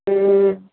ਅਤੇ